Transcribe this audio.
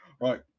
Right